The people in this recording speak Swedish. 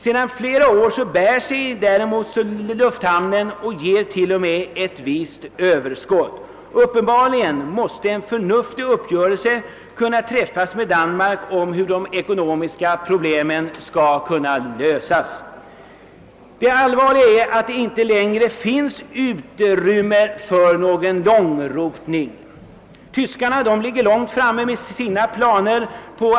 Sedan flera år bär sig däremot flyghamnen och ger t.o.m. ett visst överskott. Uppenbarligen måste en förnuftig uppgörelse kunna träffas med Danmark om hur de ekonomiska problemen skall kunna lösas. Det allvarliga är att det inte längre finns utrymme för någon långrotning. Tyskarna ligger långt framme med sina planer på